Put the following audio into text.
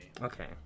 Okay